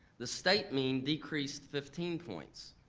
the state mean decrease fifteen points.